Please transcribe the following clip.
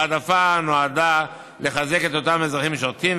ההעדפה נועדה לחזק את אותם אזרחים משרתים,